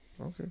Okay